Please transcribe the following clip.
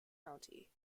county